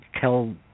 tell